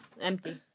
Empty